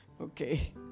Okay